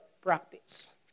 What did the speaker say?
practice